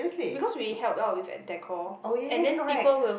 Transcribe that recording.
because we help out with at decor and then people will